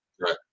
Right